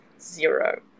zero